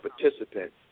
participants